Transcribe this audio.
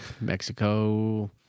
Mexico